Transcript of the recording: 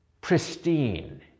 pristine